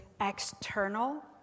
external